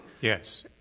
Yes